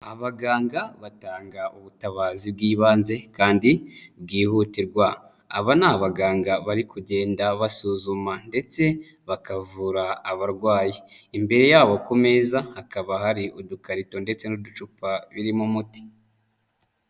Abaganga batanga ubutabazi bw'ibanze kandi bwihutirwa, aba ni abaganga bari kugenda basuzuma ndetse bakavura abarwayi, imbere yabo ku meza hakaba hari udukarito ndetse n'uducupa birimo umuti.